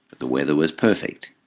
the weather was perfect.